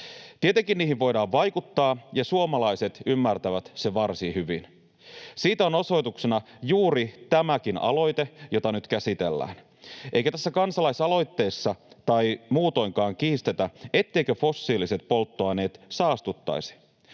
Tietenkin niihin voidaan vaikuttaa, ja suomalaiset ymmärtävät sen varsin hyvin. Siitä on osoituksena juuri tämäkin aloite, jota nyt käsitellään. Eikä tässä kansalaisaloitteessa, tai muutoinkaan, kiistetä, etteivätkö fossiiliset polttoaineet saastuttaisi.